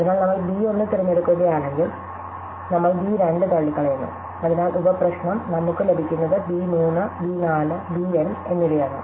അതിനാൽ നമ്മൾ ബി 1 തിരഞ്ഞെടുക്കുകയാണെങ്കിൽ നമ്മൾ ബി 2 തള്ളിക്കളയുന്നു അതിനാൽ ഉപ പ്രശ്നം നമുക്ക് ലഭിക്കുന്നത് ബി 3 ബി 4 ബി എൻ എന്നിവയാണ്